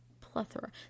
Plethora